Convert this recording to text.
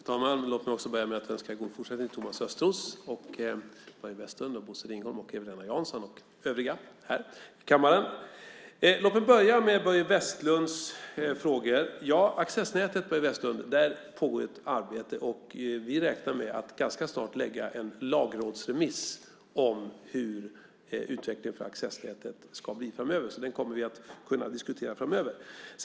Fru talman! Låt mig börja med att önska Thomas Östros, Börje Vestlund, Bosse Ringholm, Eva-Lena Jansson och övriga här i kammaren god fortsättning. Låt mig så börja med Börje Vestlunds frågor. När det gäller accessnätet pågår ett arbete. Vi räknar med att ganska snart kunna lägga fram en lagrådsremiss om hur utvecklingen av accessnätet kommer att bli framöver. Det kommer vi att kunna diskutera framöver.